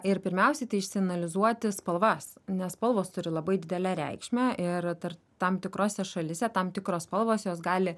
ir pirmiausiai tai išsianalizuoti spalvas nes spalvos turi labai didelę reikšmę ir tar tam tikrose šalyse tam tikros spalvos jos gali